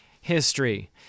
history